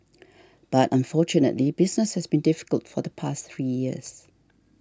but unfortunately business has been difficult for the past three years